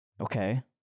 Okay